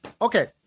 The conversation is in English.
Okay